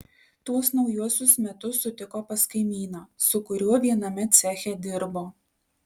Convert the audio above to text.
tuos naujuosius metus sutiko pas kaimyną su kuriuo viename ceche dirbo